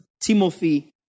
Timothy